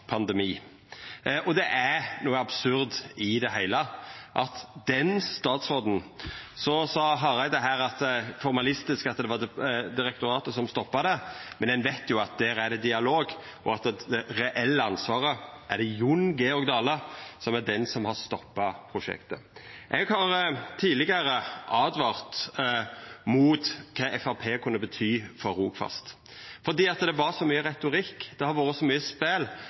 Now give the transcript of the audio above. pandemi. Det er noko absurd i det heile, og at den statsråden – statsråd Hareide sa her at det formelt sett var direktoratet som stoppa det, men ein veit jo at der er det dialog, og at det reelle ansvaret har Jon Georg Dale – er han som har stoppa prosjektet. Eg har tidlegare åtvara mot kva Framstegspartiet kunne bety for Rogfast, for det var så mykje retorikk, det har vore så mykje spel,